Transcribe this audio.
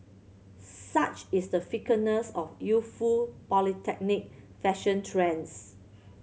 such is the fickleness of youthful polytechnic fashion trends